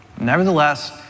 Nevertheless